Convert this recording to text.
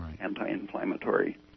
anti-inflammatory